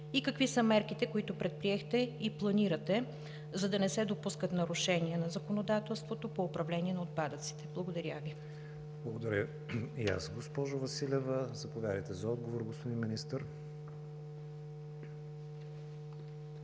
Какви са мерките, които предприехте и планирате, за да не се допускат нарушения на законодателството по управление на отпадъците? Благодаря Ви. ПРЕДСЕДАТЕЛ КРИСТИАН ВИГЕНИН: Благодаря и аз, госпожо Василева. Заповядайте за отговор, господин Министър.